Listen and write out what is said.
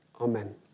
Amen